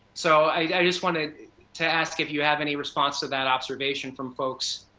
so, i just wanted to ask if you have any response to that observation from folks